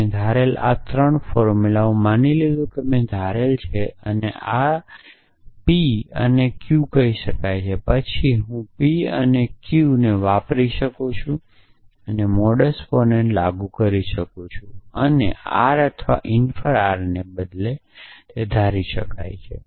મેં ધારેલ આ ત્રણ ફોર્મ્યુલા હું માની લીધું છે મેં ધારેલ છે મેં આ ધાર્યું છે હવે હું p અને q કહી શકું છું પછી હું p અને q અને આ વાપરી શકું છું અને મોડસ પોનેન લાગુ કરી શકું છું અને r અથવા ઇન્ફર r ને બદલે ધારે છે